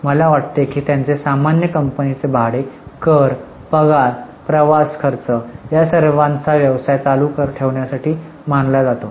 मला वाटते की त्यांचे सामान्य कंपनीचे भाडे कर पगार प्रवास खर्च या सर्वांचा व्यवसाय चालू ठेवण्यासाठी मानला जातो